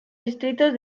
distritos